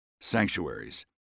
sanctuaries